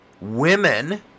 women